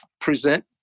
present